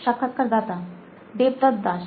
সাক্ষাৎকারদাতাদেবদৎ Das